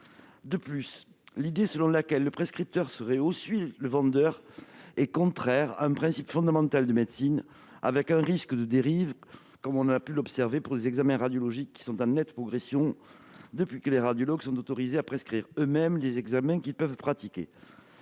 De plus, l'idée selon laquelle le prescripteur serait aussi le vendeur est contraire à un principe fondamental de médecine, avec un risque de dérive. Nous avons pu l'observer pour les examens radiologiques, en nette progression depuis que les radiologues sont autorisés à prescrire eux-mêmes les examens qu'ils peuvent pratiquer.